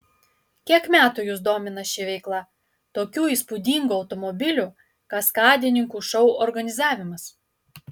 kiek metų jus domina ši veikla tokių įspūdingų automobilių kaskadininkų šou organizavimas